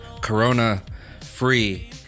Corona-free